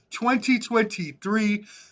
2023